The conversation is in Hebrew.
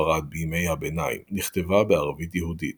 ספרד בימי הביניים נכתבה בערבית יהודית